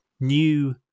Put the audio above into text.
new